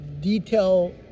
detail